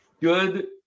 good